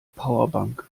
powerbank